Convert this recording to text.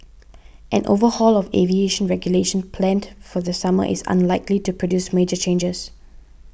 an overhaul of aviation regulation planned for the summer is unlikely to produce major changes